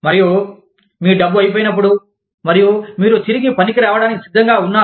మరియు మీ డబ్బు అయిపోయినప్పుడు మరియు మీరు తిరిగి పనికి రావడానికి సిద్ధంగా ఉన్నారు